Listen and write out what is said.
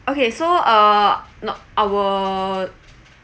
okay so uh not our